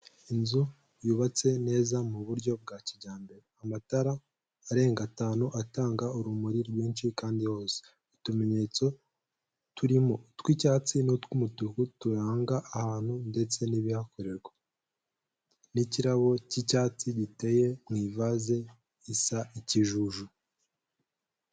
Inzu yubatse neza mu buryo bwa kijyambere, amatara arenga atanu atanga urumuri rwinshi kandi yose, utumenyetso turimo utw'icyatsi n'utw'umutuku turanga ahantu ndetse n'ibihakorerwa n'ikirabo cy'icyatsi giteye mu ivaze isa ikijuju.